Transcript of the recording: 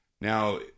Now